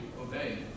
obey